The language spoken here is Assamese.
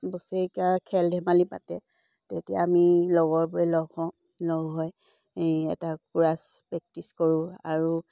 বছৰেকীয়া খেল ধেমালি পাতে তেতিয়া আমি লগৰবোৰে লগ হওঁ লগ হৈ এই এটা কোৰাছ প্ৰেক্টিছ কৰোঁ আৰু